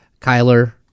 Kyler